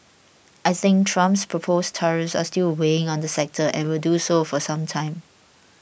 I think Trump's proposed tariffs are still weighing on the sector and will do so for some time